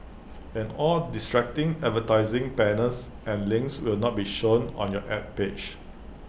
and all distracting advertising banners and links will not be shown on your Ad page